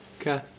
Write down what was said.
Okay